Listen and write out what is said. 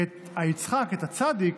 ואת ה-צד"י,